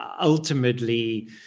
ultimately